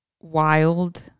wild